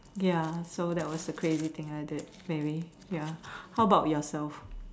ya so that was the crazy thing I did maybe how about yourself